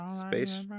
Space